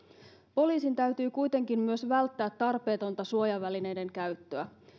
poliisin täytyy kuitenkin välttää tarpeetonta suojavälineiden käyttöä